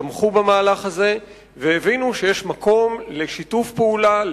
שתמכו במהלך הזה והבינו שיש מקום לשיתוף פעולה,